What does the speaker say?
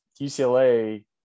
UCLA